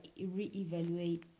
reevaluate